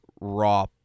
raw